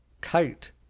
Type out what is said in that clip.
kite